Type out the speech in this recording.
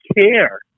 care